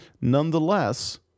nonetheless